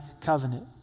covenant